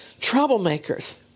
troublemakers